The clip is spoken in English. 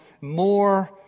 more